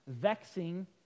vexing